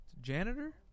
Janitor